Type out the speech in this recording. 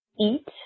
eat